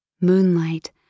Moonlight